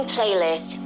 Playlist